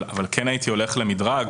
אבל כן הייתי הולך למדרג.